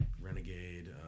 renegade